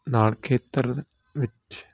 ਨਾਲ ਖੇਤਰ ਦੇ ਵਿੱਚ